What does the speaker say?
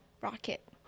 Rocket